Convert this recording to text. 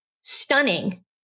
stunning